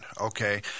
okay